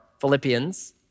Philippians